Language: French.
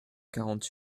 quarante